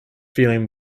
feeling